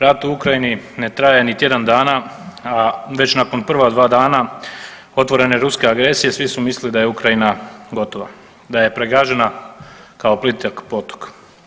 Rat u Ukrajini ne traje ni tjedana, a već nakon prva dva dana otvorene ruske agresije, svi su mislili da je Ukrajina gotova, da je pregažena kao plitak potok.